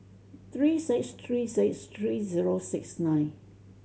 three six three six three zero six nine